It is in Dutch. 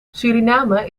suriname